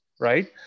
Right